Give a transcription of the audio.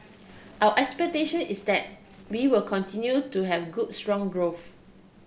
our expectation is that we will continue to have good strong growth